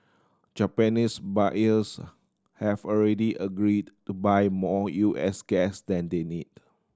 Japanese buyers have already agreed to buy more U S gas than they need